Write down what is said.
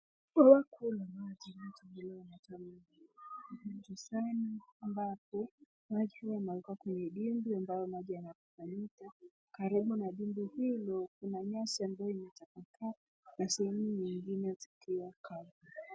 Bawa kuu la maji lililo tumiwa na jamii sana, ambapo maji yamekauka kwenye dimbwi ambayo maji yamepwanyika. Karibu na dimbwi hilo kuna nyasi ambayo imetapakaa, na sehemu nyingine zikiwa kavu.